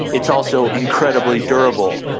it's also incredibly durable.